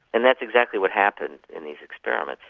and that's exactly what happened in these experiments.